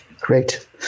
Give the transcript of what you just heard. Great